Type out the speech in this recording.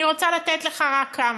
אני רוצה לתת לך רק כמה: